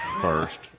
first